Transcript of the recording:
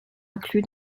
inclus